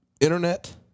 internet